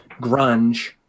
grunge